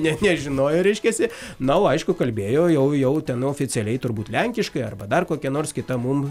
net nežinojo reiškiasi na o aišku kalbėjo jau jau ten oficialiai turbūt lenkiškai arba dar kokia nors kita mum